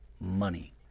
money